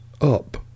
up